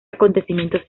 acontecimientos